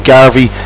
Garvey